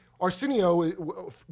Arsenio